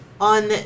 on